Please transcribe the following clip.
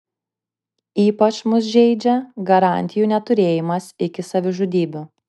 ypač mus žeidžia garantijų neturėjimas iki savižudybių